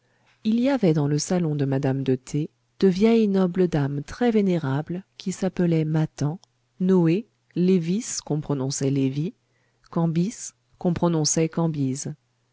il y avait dans le salon de madame de t de vieilles nobles dames très vénérables qui s'appelaient mathan noé lévis qu'on prononçait lévi cambis qu'on prononçait cambyse